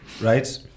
right